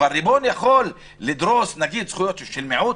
אבל ריבון יכול לדרוס זכויות של מיעוט?